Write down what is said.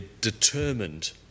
determined